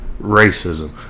racism